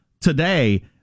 Today